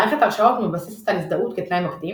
מערכת הרשאות מתבססת על הזדהות כתנאי מקדים,